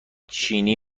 چینی